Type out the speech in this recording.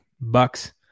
bucks